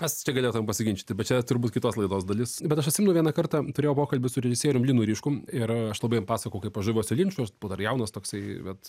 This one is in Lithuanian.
mes čia galėtumėm pasiginčyti bet čia turbūt kitos laidos dalis bet aš atsimenu vieną kartą turėjau pokalbį su režisierium linu ryškum ir aš labai jam pasakojau kaip aš žaviuosi linču jis buvo dar jaunas toksai vat